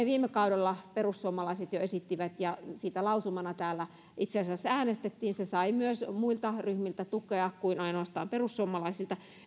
viime kaudella perussuomalaiset jo esittivät muun muassa että nämä henkilöt tulisi rekisteröidä ja siitä lausumana täällä itse asiassa äänestettiin ja se sai tukea myös muilta ryhmiltä kuin ainoastaan perussuomalaisilta